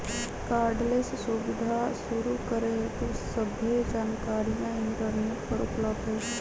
cardless सुबीधा शुरू करे हेतु सभ्भे जानकारीया इंटरनेट पर उपलब्ध हई